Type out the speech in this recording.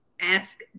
ask